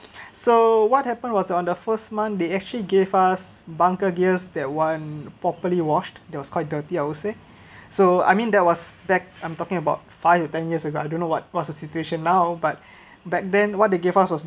so what happened was on the first month they actually gave us bunker gears that wasn’t properly washed they was quite dirty I would say so I mean that was back I'm talking about five to ten years ago I don’t know what what's the situation now but back then what they gave us was